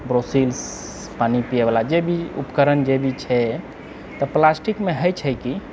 ब्रोसिल्स पानि पियै बला जे भी उपकरण जे भी छै तऽ प्लास्टिकमे होइत छै कि